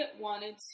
wanted